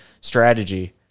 strategy